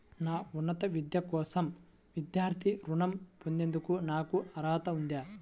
నా ఉన్నత విద్య కోసం విద్యార్థి రుణం పొందేందుకు నాకు అర్హత ఉందా?